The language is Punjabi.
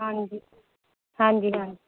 ਹਾਂਜੀ ਹਾਂਜੀ ਹਾਂ